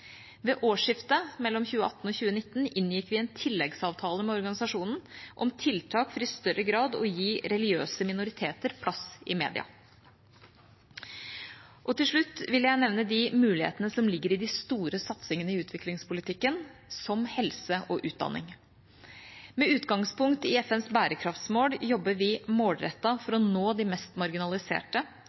Ved årsskiftet mellom 2018 og 2019 inngikk vi en tilleggsavtale med organisasjonen om tiltak for i større grad å gi religiøse minoriteter plass i mediene. Til slutt vil jeg nevne de mulighetene som ligger i de store satsingene i utviklingspolitikken, som helse og utdanning. Med utgangspunkt i FNs bærekraftsmål jobber vi målrettet for å nå de mest marginaliserte,